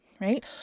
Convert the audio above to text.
right